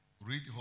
Read